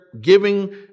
giving